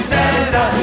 Santa